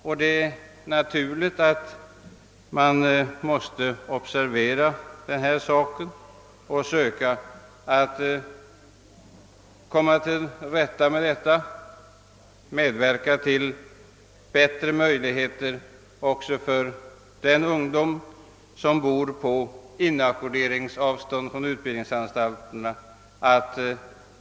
Detta är någonting som man måste observera och försöka komma till rätta med. Vi måste sålunda försöka förbättra möjligheterna till vidareutbildning för den ungdom som bor på inackorderingsavstånd från utbildningsanstalterna.